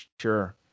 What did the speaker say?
Sure